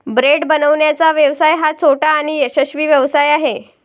bread बनवण्याचा व्यवसाय हा छोटा आणि यशस्वी व्यवसाय आहे